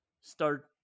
start